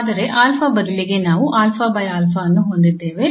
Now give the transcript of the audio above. ಆದರೆ α ಬದಲಿಗೆ ನಾವು ಅನ್ನು ಹೊಂದಿದ್ದೇವೆ